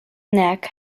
neck